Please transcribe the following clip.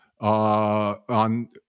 on